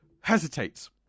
hesitates